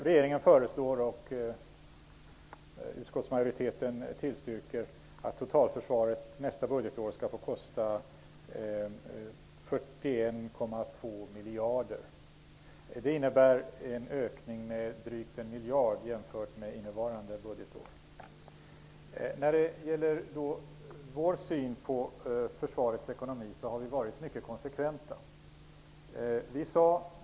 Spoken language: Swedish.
Herr talman! Först några siffror som kanske får anförandet nyss att framstå i en annan dager. Regeringen föreslår och utskottsmajoriteten tillstyrker att totalförsvaret nästa budgetår får kosta 41,2 miljarder kronor. Det innebär en ökning med drygt 1 miljard kronor jämfört med innevarande budgetår. När det gäller vår syn på försvarets ekonomi kan jag säga att vi har varit mycket konsekventa.